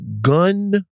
gun